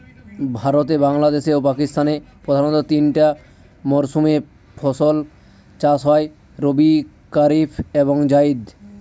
ভারতে বাংলাদেশে ও পাকিস্তানে প্রধানত তিনটা মরসুমে ফাসল চাষ হয় রবি কারিফ এবং জাইদ